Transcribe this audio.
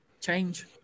change